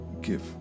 give